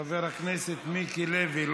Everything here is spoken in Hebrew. חבר הכנסת מיקי לוי,